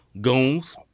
goons